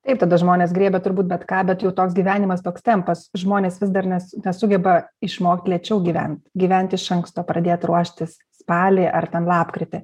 taip tada žmonės griebia turbūt bet ką bet jau toks gyvenimas toks tempas žmonės vis dar nes nesugeba išmokt lėčiau gyvent gyvent iš anksto pradėt ruoštis spalį ar ten lapkritį